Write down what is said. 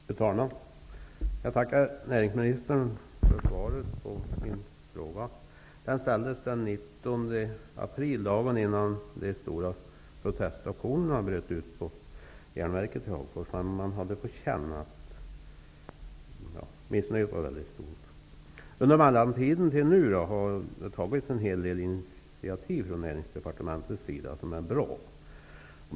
Fru talman! Jag tackar näringsministern för svaret på min fråga. Den ställdes den 19 april, dagen innan de stora protestaktionerna bröt ut på järnverket i Hagfors. Missnöjet var mycket stort. Under mellantiden fram till nu har det tagits en hel del initiativ från Näringsdepartementets sida som är bra.